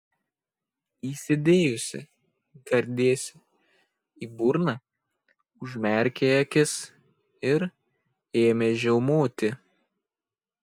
įsidėjusi gardėsį į burną užmerkė akis ir ėmė žiaumoti